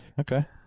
Okay